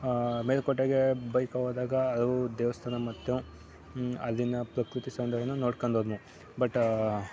ಮೇಲುಕೋಟೆಗೆ ಬೈಕಲ್ಲಿ ಹೋದಾಗ ಹಲವು ದೇವಸ್ಥಾನ ಮತ್ತು ಅಲ್ಲಿನ ಪ್ರಕೃತಿ ಸೌಂದರ್ಯವೂ ನೋಡ್ಕೊಂಡು ಹೋದೆನು ಬಟ್